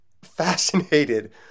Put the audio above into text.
fascinated